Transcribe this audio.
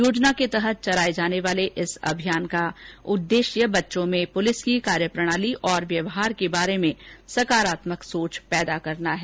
योजना के तहत चलाये जाने वाले इस अभियान का उद्देश्य बच्चों में पुलिस की कार्य प्रणाली और व्यवहार के बारे में सकारात्मक सोच पैदा करना है